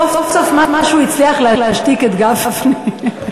סוף-סוף משהו הצליח להשתיק את גפני.